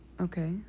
Okay